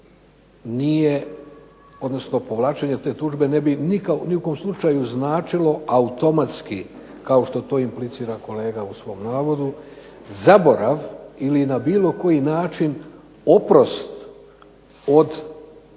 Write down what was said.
nije, odnosno povlačenje te tužbe ne bi ni u kom slučaju značilo automatski kao što to implicira kolega u svom navodu, zaborav ili na bilo koji način oprost od krivičnog